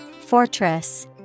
Fortress